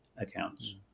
accounts